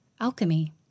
alchemy